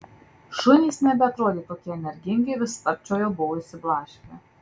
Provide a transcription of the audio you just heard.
šunys nebeatrodė tokie energingi vis stabčiojo buvo išsiblaškę